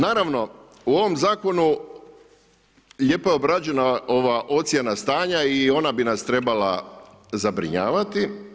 Naravno u ovom zakonu lijepo je obrađena ova ocjena stanja i ona bi nas trebala zabrinjavati.